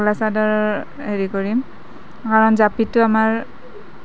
তাৰ পিছত মেখেলা চাদৰ